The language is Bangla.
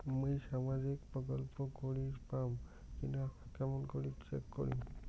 মুই সামাজিক প্রকল্প করির পাম কিনা কেমন করি চেক করিম?